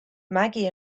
maggie